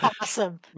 awesome